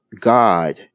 God